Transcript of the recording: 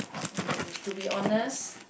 mm to be honest